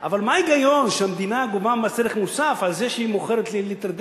אבל מה ההיגיון שהמדינה גובה מס ערך מוסף על זה שהיא מוכרת לי ליטר דלק?